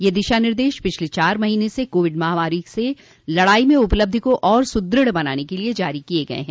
ये दिशा निर्देश पिछले चार महीने से कोविड महामारी से लड़ाई में उपलब्धि को और सदृढ़ बनाने के लिए जारी किए गए हैं